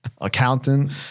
Accountant